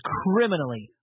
criminally